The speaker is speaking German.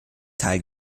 teil